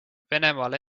venemaal